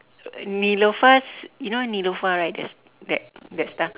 neelofa's you know neelofa right that that that stuff